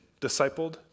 discipled